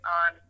on